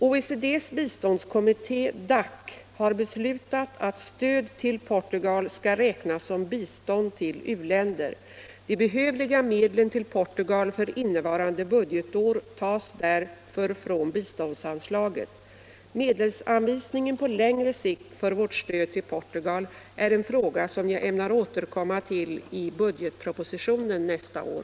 OECD:s biståndskommitté, DAC, har beslutat att stöd till Portugal skall räknas som bistånd till u-länder. De behövliga medlen till Portugal för innevarande budgetår tas därför från biståndsanslaget. Medelsanvisningen på längre sikt för vårt stöd till Portugal är en fråga som jag ämnar återkomma till i budgetpropositionen nästa år.